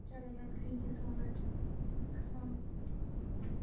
چلو ma'am thank you so much اَسلام